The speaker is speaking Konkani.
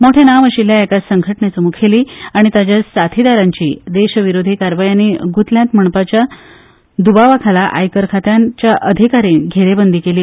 मोटे नांव आशिल्ल्या एका संघटणेचो मुखेली आनी ताचे वांगड्यांची देशविरोधी कारवायांनी गुथल्यात म्हणपाच्या द्बावा खाला आयकर खात्याच्या अधिकाऱ्यांनी घेरेबंदी केली